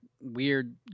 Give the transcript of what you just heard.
weird